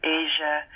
asia